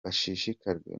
bashishikajwe